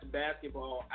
basketball